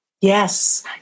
Yes